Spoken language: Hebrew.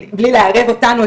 בלי לערב אותנו,